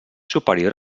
superior